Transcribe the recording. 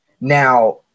Now